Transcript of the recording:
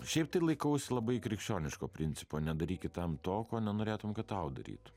šiaip tai laikausi labai krikščioniško principo nedaryk kitam to ko nenorėtum kad tau darytų